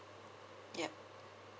yup